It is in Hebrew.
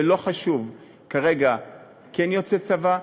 ולא חשוב כרגע כן יוצא צבא,